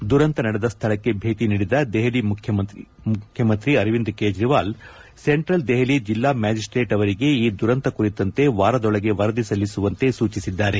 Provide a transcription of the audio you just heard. ದುರಂತ ನಡೆದ ಸ್ಥಳಕ್ಕೆ ಭೇಟ ನೀಡಿದ ದೆಹಲಿ ಮುಖ್ಯಮಂತ್ರಿ ಅರವಿಂದ್ ಕೇಜ್ರವಾಲ್ ಸೆಂಟ್ರಲ್ ದೆಹಲಿ ಜಿಲ್ಲಾ ಮ್ಯಾಜಿಸ್ಟೇಟ್ ಅವರಿಗೆ ಈ ದುರಂತ ಕುರಿತಂತೆ ವಾರದೊಳಗೆ ವರದಿ ಸಲ್ಲಿಸುವಂತೆ ಸೂಚಿಸಿದ್ದಾರೆ